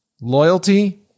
Loyalty